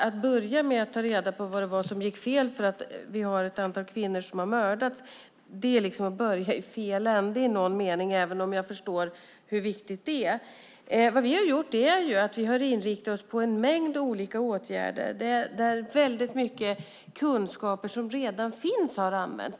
Att börja med att ta reda på vad det var som gick fel när vi har ett antal kvinnor som har mördats är liksom att börja i fel ände i någon mening, även om jag förstår hur viktigt det är. Vi har inriktat oss på en mängd olika åtgärder där väldigt mycket kunskaper som redan finns har använts.